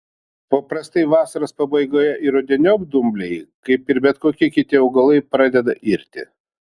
paprastai vasaros pabaigoje ir rudeniop dumbliai kaip ir bet kokie kiti augalai pradeda irti